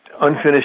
unfinished